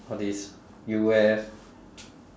all these U_S